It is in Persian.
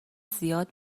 زیاد